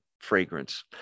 fragrance